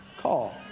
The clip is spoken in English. call